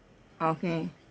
okay